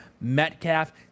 Metcalf